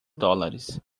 dólares